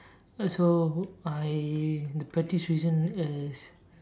so I the pettiest reason is